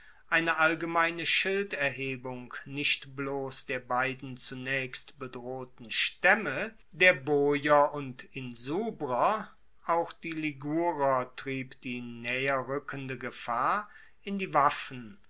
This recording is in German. eine allgemeine schilderhebung nicht bloss der beiden zunaechst bedrohten staemme der boier und insubrer auch die ligurer trieb die naeherrueckende gefahr in die waffen